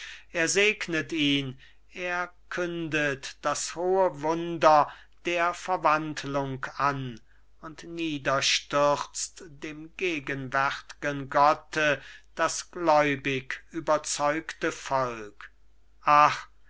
er segnet ihn er kündet das hohe wunder der verwandlung an und niederstürzt dem gegenwärt'gen gotte das gläubig überzeugte volk ach